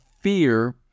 fear